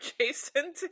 Jason